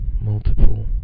multiple